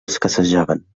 escassejaven